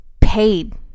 paid